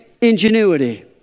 ingenuity